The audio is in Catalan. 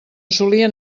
solien